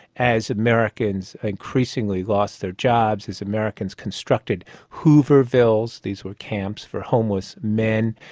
as americans increasingly lost their jobs, as americans constructed hoovervilles, these were camps for homeless men.